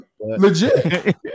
legit